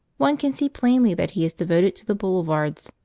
one can see plainly that he is devoted to the boulevards,